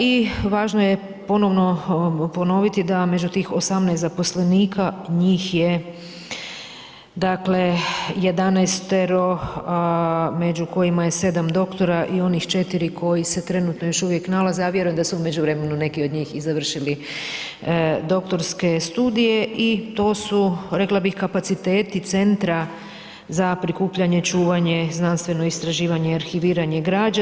I važno je ponovno ponoviti da među tih 18 zaposlenika njih je dakle 11-tero među kojima je 7 doktora i onih 4 koji se trenutno još uvijek nalaze a vjerujem da su u međuvremenu neki od njih i završili doktorske studije i to su rekla bih kapaciteti centra za prikupljanje, čuvanje, znanstveno istraživanje i arhiviranje građa.